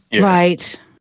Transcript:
Right